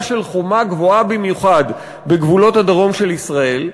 של חומה גבוהה במיוחד בגבולות הדרום של ישראל,